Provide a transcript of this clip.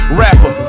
rapper